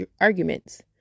Arguments